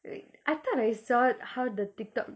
wait I thought I saw how the tiktokay